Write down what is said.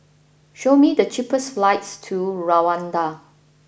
show me the cheapest flights to Rwanda